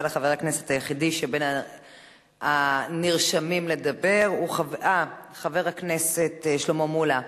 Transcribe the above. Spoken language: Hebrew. אבל חבר הכנסת היחידי שבין הנרשמים לדבר הוא חבר הכנסת שלמה מולה.